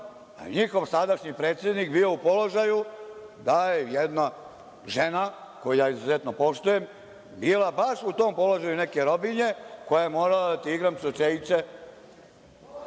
je njihov sadašnji predsednik bio u položaju da je jedna žena, koju ja izuzetno poštujem, bila baš u tom položaju neke robinje koja je morala da ti igram čočejče.